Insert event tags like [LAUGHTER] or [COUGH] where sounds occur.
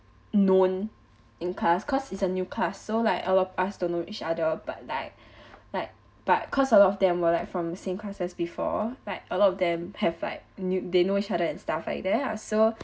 known in class cause it's a new class so like all of us don't know each other but like [BREATH] like but cause a lot of them were like from the same class as before like a lot of them have like knew they know each other and stuff like that so